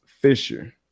fisher